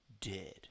Dead